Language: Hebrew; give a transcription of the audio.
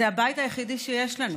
זה הבית היחידי שיש לנו.